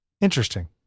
Interesting